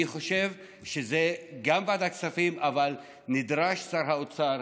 אני חושב שזה גם ועדת כספים אבל נדרש שר האוצר,